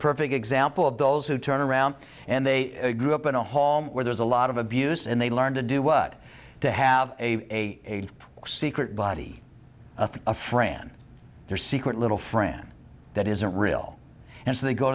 perfect example of those who turn around and they grew up in a hall where there's a lot of abuse and they learn to do what to have a secret body of a fran their secret little friend that isn't real and they go